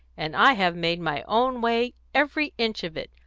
and i have made my own way, every inch of it,